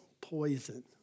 poison